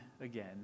again